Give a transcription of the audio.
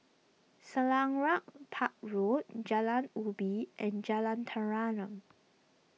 Selarang Park Road Jalan Ubi and Jalan Tenteram